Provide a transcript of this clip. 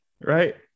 right